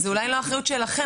זה אולי לא האחריות שלכם,